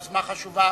זו יוזמה חשובה.